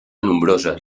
nombroses